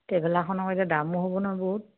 ট্ৰেভেলাৰখনৰ এতিয়া দামো হ'ব নহয় বহুত